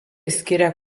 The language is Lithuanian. skiria